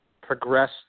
progress